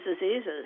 diseases